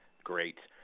great.